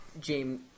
James